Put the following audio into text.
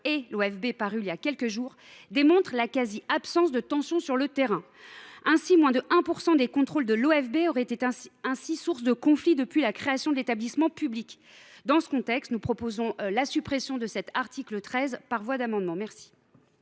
et l’OFB, paru il y a quelques jours, montre la quasi absence de tensions sur le terrain. Ainsi, moins de 1 % des contrôles auraient été source de conflits depuis la création de l’établissement public. Dans ce contexte, nous proposons par voie d’amendement